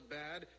bad